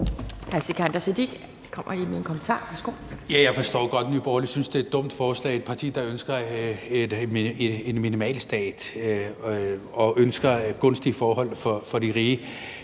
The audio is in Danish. Jeg forstår godt, at Nye Borgerlige synes, det er et dumt forslag. Det er et parti, som ønsker en minimalstat og ønsker gunstige forhold for de rige.